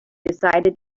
decided